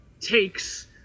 takes